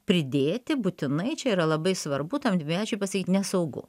pridėti būtinai čia yra labai svarbu tam dvimečiui pasakyt nesaugu